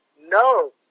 No